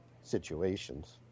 situations